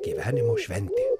gyvenimo šventė